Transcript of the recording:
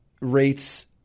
rates